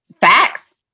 Facts